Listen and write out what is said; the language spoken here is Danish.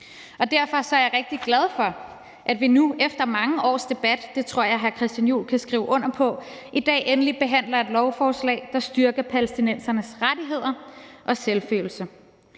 Derfor er jeg rigtig glad for, at vi nu efter mange års debat – det tror jeg hr. Christian Juhl kan skrive under på – i dag endelig behandler et lovforslag, der styrker palæstinensernes rettigheder og selvfølelse.